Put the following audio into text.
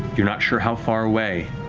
you're not sure how far away,